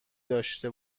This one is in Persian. داشته